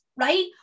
right